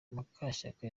mukashyaka